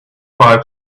five